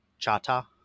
chata